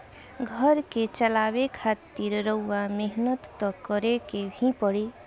घर के चलावे खातिर रउआ मेहनत त करें के ही पड़ी